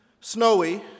snowy